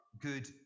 good